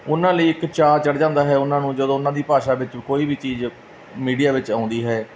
ਉਹਨਾਂ ਲਈ ਇੱਕ ਚਾਅ ਚੜ੍ਹ ਜਾਂਦਾ ਹੈ ਉਹਨਾਂ ਨੂੰ ਜਦੋਂ ਉਹਨਾਂ ਦੀ ਭਾਸ਼ਾ ਵਿੱਚ ਕੋਈ ਵੀ ਚੀਜ਼ ਮੀਡੀਆ ਵਿੱਚ ਆਉਂਦੀ ਹੈ